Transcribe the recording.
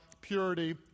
purity